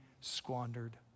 squandered